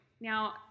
Now